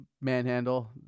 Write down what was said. manhandle